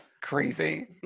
crazy